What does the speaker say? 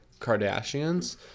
Kardashians